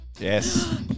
Yes